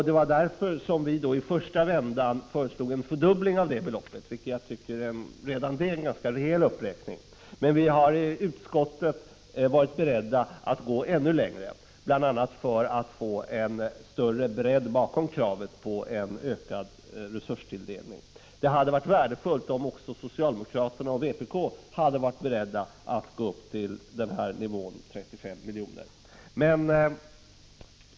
Det var därför vi i den första vändan föreslog en fördubbling av beloppet. Jag tycker ått redan det innebär en ganska rejäl uppräkning, men i utskottet har vi varit beredda att gå ännu längre, bl.a. för att få en större tyngd bakom kravet på en ökad resurstilldelning. Det hade varit värdefullt om också socialdemokraterna och vpk hade varit beredda att gå upp till nivån 35 miljoner.